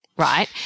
Right